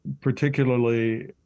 Particularly